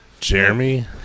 jeremy